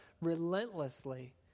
relentlessly